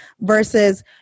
versus